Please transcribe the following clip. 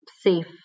safe